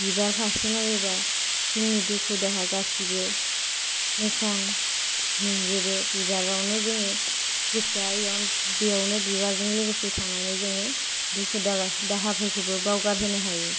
बिबार फारसे नायोबा जोंनि दुखु दाहा गासिबो मोजां मोनजोबो बिबारावनो जोंयो गोसोया बेयावनो बिबारजों लोगोसे थानानै जोंयो दुखु दाहाफोरखौबो बावगारहोनो हायो